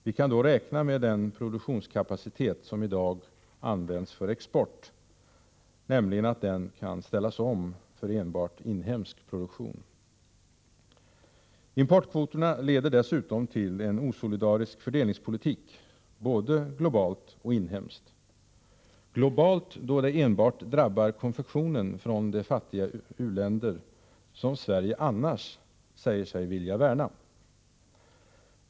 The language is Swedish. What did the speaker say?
Vi kan då räkna med att den produktionskapacitet som i dag används för export kan ställas om för enbart inhemsk produktion. Importkvoterna leder dessutom till en osolidarisk fördelningspolitik, både globalt och inhemskt — globalt, då den enbart drabbar konfektionen från de fattiga u-länder som Sverige annars säger sig vilja värna.